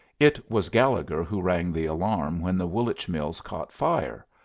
it was gallegher who rang the alarm when the woolwich mills caught fire,